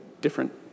different